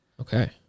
Okay